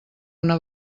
una